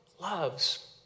loves